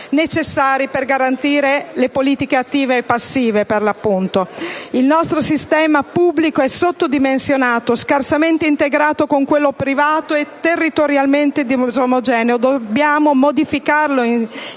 necessari per garantire, per l'appunto, le politiche attive e passive. Il nostro sistema pubblico è sottodimensionato, scarsamente integrato con quello privato e territorialmente disomogeneo: dobbiamo modificarlo